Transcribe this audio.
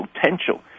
potential